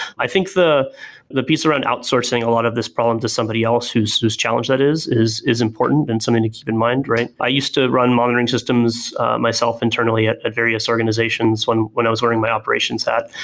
i think the the piece around out sourcing a lot of this problem to somebody else whose whose challenge that is is is important and something to keep in mind, right? i used to run monitoring systems myself internally at at various organizations when when i was running my operations stack.